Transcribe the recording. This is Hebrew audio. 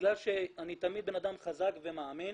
בגלל שאני תמיד אדם חזק ומאמין,